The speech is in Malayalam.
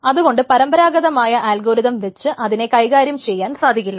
അതുകൊണ്ട് പരമ്പരാഗതമായ ആൽഗോരിതം വെച്ച് അതിനെ കൈകാര്യം ചെയ്യാൻ സാധിക്കില്ല